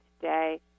today